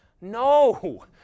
no